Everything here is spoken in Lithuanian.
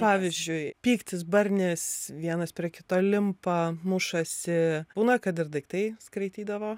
pavyzdžiui pyktis barnis vienas prie kito limpa mušasi būna kad ir daiktai skraidydavo